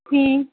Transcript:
ہوں